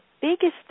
biggest